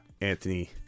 Anthony